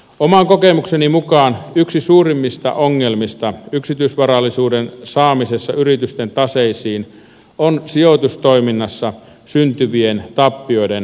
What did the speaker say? oman kokemukseni mukaan yksi suurimmista ongelmista yksityisvarallisuuden saamisessa yritysten taseisiin on sijoitustoiminnassa syntyvien tappioiden vähennysoikeus